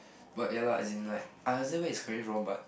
but ya lah as in like I understand where he's coming from but